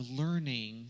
learning